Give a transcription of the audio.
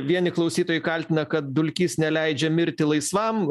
vieni klausytojai kaltina kad dulkys neleidžia mirti laisvam